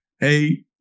Hey